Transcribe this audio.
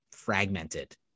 Fragmented